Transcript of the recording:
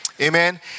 Amen